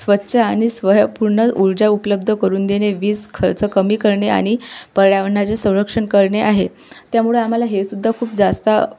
स्वच्छ आणि स्वयंपूर्ण ऊर्जा उपलब्ध करून देणे वीज खर्च कमी करणे आणि पर्यावरणाचे संरक्षण करणे आहे त्यामुळे आम्हाला हेसुद्धा खूप जास्त